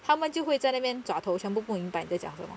他们就会在那边抓头全部不明白你在讲什么